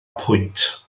pwynt